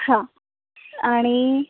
हां आणि